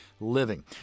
living